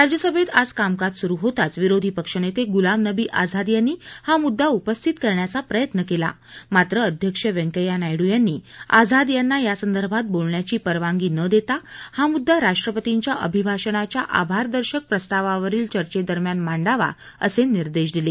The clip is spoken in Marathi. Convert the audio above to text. राज्यसभेत आज कामकाज सुरु होताच विरोधी पक्षनेते गुलाम नबी आझाद यांनी हा मुद्दा उपस्थित करण्याचा प्रयत्न केला मात्र अध्यक्ष व्यंक्या नायडू यांनी आझाद यांना यासंदर्भात बोलण्याची परवानगी नं देता हा मुद्दा राष्टपतींच्या अभिभाषणाच्या आभार दर्शक प्रस्तावावरील चर्चेदरम्यान मांडावा असे निर्देश दिले